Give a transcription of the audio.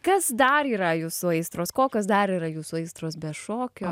kas dar yra jūsų aistros kokios dar yra jūsų aistros be šokio